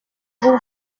vous